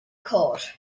côr